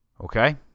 Okay